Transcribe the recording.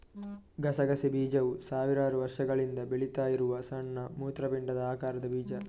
ಗಸಗಸೆ ಬೀಜವು ಸಾವಿರಾರು ವರ್ಷಗಳಿಂದ ಬೆಳೀತಾ ಇರುವ ಸಣ್ಣ ಮೂತ್ರಪಿಂಡದ ಆಕಾರದ ಬೀಜ